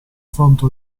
fronte